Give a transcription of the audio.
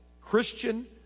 Christian